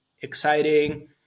exciting